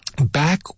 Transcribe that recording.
back